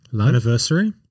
Anniversary